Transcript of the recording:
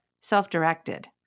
self-directed